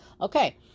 Okay